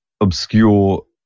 obscure